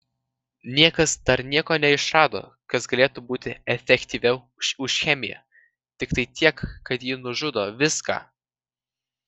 niekas dar nieko neišrado kas galėtų būti efektyviau už chemiją tiktai tiek kad ji nužudo viską